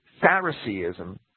Phariseeism